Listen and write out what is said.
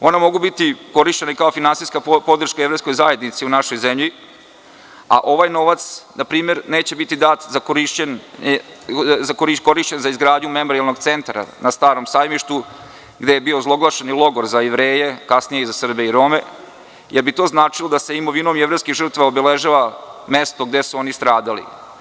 Mogu biti korišćena i kao finansijska podrška jevrejskoj zajednici u našoj zemlji, a ovaj novac npr. neće biti dat za korišćenje za izgradnju memorijalnog centra na Starom sajmištu, gde je bio ozloglašeni logor za Jevreje, kasnije za Srbe i Rome, jer bi značilo da se imovinom jevrejskih žrtava obeležava mesto gde su oni stradali.